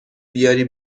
بیاری